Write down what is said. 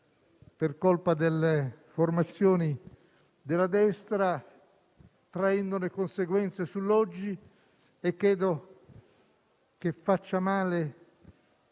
per colpa delle formazioni della destra traendone conseguenze sull'oggi e credo che faccia male